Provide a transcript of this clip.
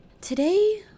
Today